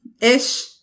ish